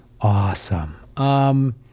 Awesome